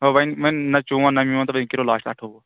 اَوا وۅنۍ وۅنۍ نہ چون نہ میون تُہۍ أنۍ کٔرِو لاسٹ اَٹھووُہ